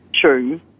true